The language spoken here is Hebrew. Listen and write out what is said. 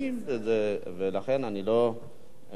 אם היו, אני לא מבין.